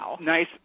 nice